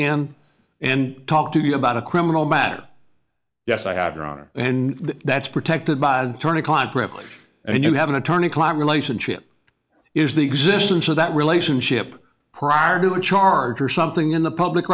in and talk to you about a criminal matter yes i have your honor and that's protected by attorney client privilege and you have an attorney client relationship is the existence of that relationship prior to the charge or something in the public